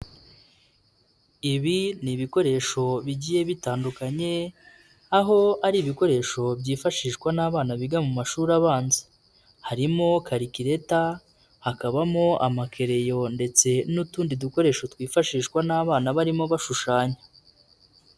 Ibi ni ibikoresho bigiye bitandukanye, aho ari ibikoresho byifashishwa n'abana biga mu mashuri abanza. Harimo karikireta, hakabamo amakereyo ndetse n'utundi dukoresho twifashishwa n'abana barimo bashushanya.